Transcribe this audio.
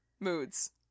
Moods